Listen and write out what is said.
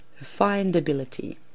findability